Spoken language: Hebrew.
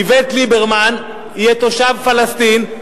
איווט ליברמן יהיה תושב פלסטין,